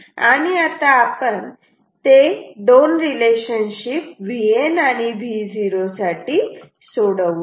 आता आपण ते 2 रिलेशनशिप Vn आणि Vo साठी सोडवू या